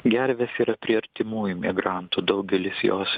gervės ir prie artimųjų migrantų daugelis jos